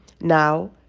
Now